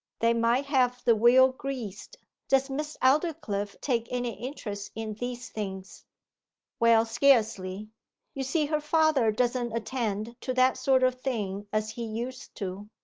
they might have the wheel greased. does miss aldclyffe take any interest in these things well, scarcely you see her father doesn't attend to that sort of thing as he used to.